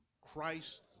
Christ